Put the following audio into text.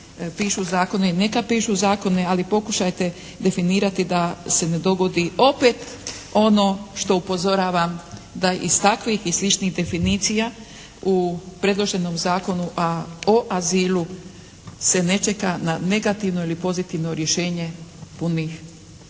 neka pišu zakone ali pokušajte definirati da se ne dogodi opet ono što upozoravam da iz takvih i sličnih definicija u predloženom Zakonu o azilu se ne čeka na negativno ili pozitivno rješenje punih